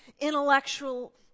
intellectual